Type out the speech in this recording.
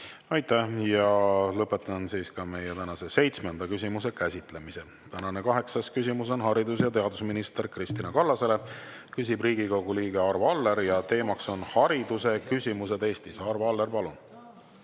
Aitäh! Lõpetan ka tänase seitsmenda küsimuse käsitlemise. Tänane kaheksas küsimus on haridus‑ ja teadusminister Kristina Kallasele, küsib Riigikogu liige Arvo Aller ja teema on hariduse küsimused Eestis. Arvo Aller, palun!